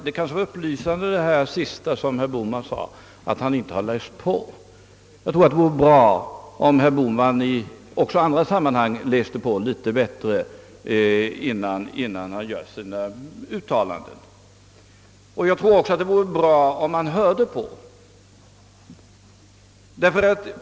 Herr talman! Vad herr Bohman här sist sade om att han inte hade läst på kanske var upplysande. Jag tror att det vore bra, om herr Bohman även i andra sammanhang läste på litet bättre, innan han gjorde sina uttalanden. Det vore också bra om han hörde på.